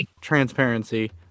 transparency